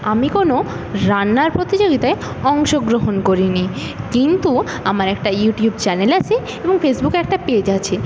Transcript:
আমি কোনো রান্নার প্রতিযোগিতায় অংশগ্রহণ করিনি কিন্তু আমার একটা ইউটিউব চ্যানেল আছে এবং ফেসবুকে একটা পেজ আছে